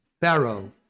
Pharaoh